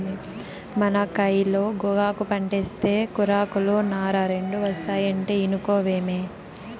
మన కయిలో గోగాకు పంటేస్తే కూరాకులు, నార రెండూ ఒస్తాయంటే ఇనుకోవేమి